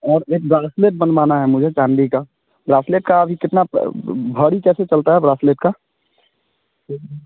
और एक ब्रासलेट बनवाना है मुझे चांदी का ब्रासलेट का अभी कितना भारी कैसे चलता है ब्रासलेट का